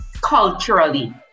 culturally